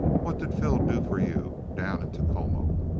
what did phil do for you down in tecomo?